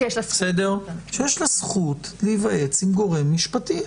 שיש לה זכות להיוועץ עם גורם משפטי.